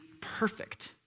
perfect